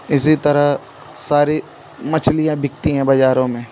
इसी तरह सारी मछलियाँ बिकती हैं बाजारों में